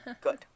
Good